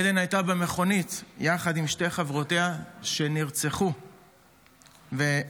עדן הייתה במכונית יחד עם שתי חברותיה שנרצחו והעמידה